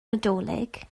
nadolig